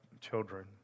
children